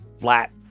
flat